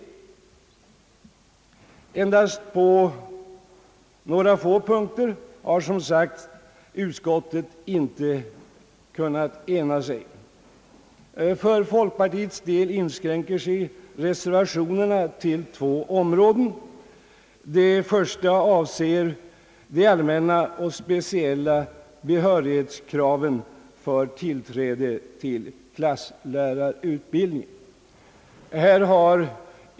Endast på några få punkter har som sagt utskottet inte kunnat ena sig. För folkpartiets del inskränker sig reservationerna till två områden. Det första avser de allmänna och speciella behörighetskraven för tillträde till klasslärarutbildning.